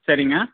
சரிங்க